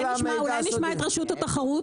אולי נשמע את רשות התחרות,